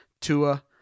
Tua